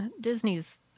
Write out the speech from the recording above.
Disney's